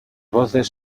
voces